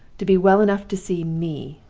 to be well enough to see me